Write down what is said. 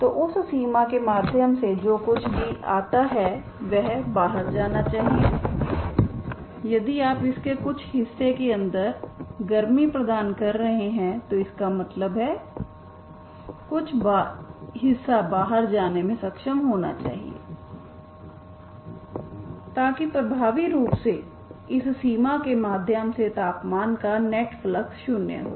तो उस सीमा के माध्यम से जो कुछ भी आता है वह बाहर जाना चाहिए यदि आप इसके कुछ हिस्से के अंदर गर्मी प्रदान कर रहे हैं तो इसका कुछ हिस्सा बाहर जाने में सक्षम होना चाहिए ताकि प्रभावी रूप से इस सीमा के माध्यम से तापमान का नेट फ्लक्स शून्य हो